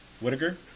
Whitaker